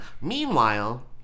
Meanwhile